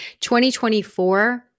2024